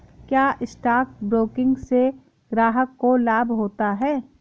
क्या stock broking से ग्राहक को लाभ होता है?